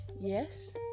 yes